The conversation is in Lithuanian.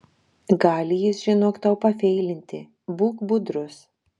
gali jis žinok tau pafeilinti būk budrus